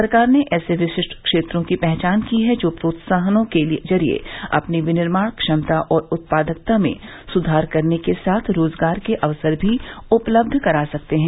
सरकार ने ऐसे विशिष्ट क्षेत्रों की पहचान की है जो प्रोत्साहनों के जरिए अपनी विनिर्माण क्षमता और उत्पादकता में सुधार करने के साथ रोजगार के अवसर भी उपलब्ध करा सकते हैं